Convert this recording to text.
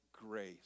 grace